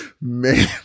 Man